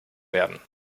werden